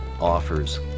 offers